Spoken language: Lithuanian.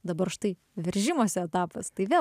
dabar štai veržimosi etapas tai vėl